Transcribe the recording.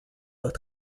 leurs